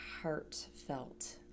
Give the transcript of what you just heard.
heartfelt